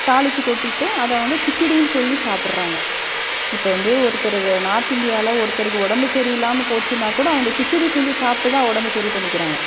தாளிச்சி கொட்டிட்டு அதை அவங்க கிச்சிடின்னு சொல்லி சாப்பிட்றாங்க இப்போ வந்து ஒருத்தர் நார்த் இண்டியாவில் ஒருத்தருக்கு உடம்பு சரியில்லாமல் போச்சின்னா கூட அவங்க கிச்சடி செஞ்சி சாப்பிட்டுதான் உடம்ப சரி பண்ணிக்கிறாங்க